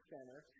Center